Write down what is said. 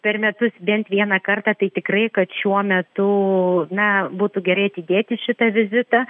per metus bent vieną kartą tai tikrai kad šiuo metu na būtų gerai atidėti šitą vizitą